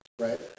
right